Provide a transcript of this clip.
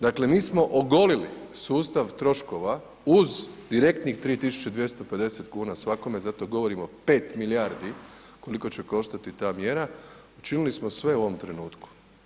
Dakle mi smo ogolili sustav troškova uz direktnih 3250 kn svakome, zato govorimo 5 milijardi koliko će koštati ta mjera, učinili smo sve u ovom trenutku.